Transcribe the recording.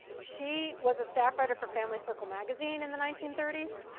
she was a staff writer for family circle magazine in the nineteen thirty s.